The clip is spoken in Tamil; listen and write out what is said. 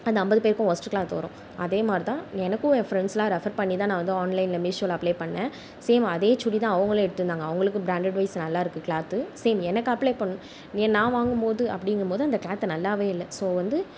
அந்த ஐம்பது பேருக்கும் வொர்ஸ்ட் கிளாத் வரும் அதே மாதிரி தான் எனக்கும் என் ப்ரெண்ட்ஸ்லாம் ரெஃபர் பண்ணித்தான் நான் வந்து ஆன்லைனில் மீஷோவில் அப்ளை பண்ணேன் சேம் அதே சுடிதான் அவங்களும் எடுத்துருந்தாங்க அவங்களுக்கும் பிராண்டட் வைஸ் நல்லா இருக்கு கிளாத் சேம் எனக்கு அப்ளை பண் நான் வாங்கும்போது அப்படிங்கம்போது அந்த கிளாத் நல்லாவே இல்லை ஸோ வந்து